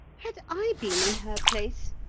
had i been in her place,